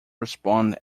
respond